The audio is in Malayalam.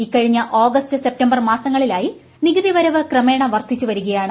ഇക്കഴിഞ്ഞ ഓഗസ്റ്റ് സെപ്റ്റംബർ മാസങ്ങളിലായി നികുതിവരവ് ക്രമേണ വർധിച്ച് വരികയാണ്